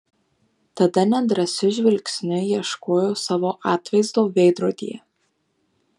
tada nedrąsiu žvilgsniu ieškojo savo atvaizdo veidrodyje